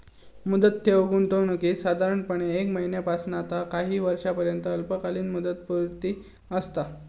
मुदत ठेवी गुंतवणुकीत साधारणपणे एक महिन्यापासना ता काही वर्षांपर्यंत अल्पकालीन मुदतपूर्ती असता